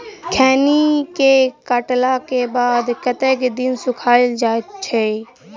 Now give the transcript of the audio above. खैनी केँ काटला केँ बाद कतेक दिन सुखाइल जाय छैय?